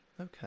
Okay